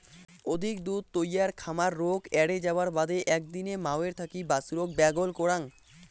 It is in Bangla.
অধিক দুধ তৈয়ার খামার রোগ এ্যারে যাবার বাদে একদিনে মাওয়ের থাকি বাছুরক ব্যাগল করাং